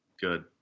good